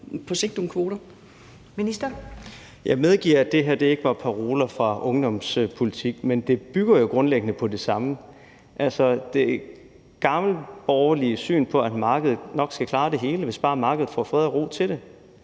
(Simon Kollerup): Jeg medgiver, at det her ikke var paroler fra ungdomspolitik, men det bygger jo grundlæggende på det samme. Der er det gammelborgerlige syn, som handler om, at markedet nok skal klare det hele, hvis bare markedet får fred og ro til det.